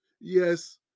Yes